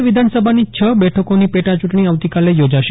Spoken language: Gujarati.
રાજ્ય વિધાનસભાની છ બેઠકોની પેટાચૂંટણી આવતીકાલે યોજાશે